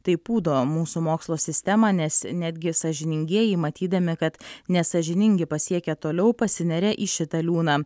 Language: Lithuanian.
tai pūdo mūsų mokslo sistemą nes netgi sąžiningieji matydami kad nesąžiningi pasiekia toliau pasineria į šitą liūną